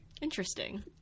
interesting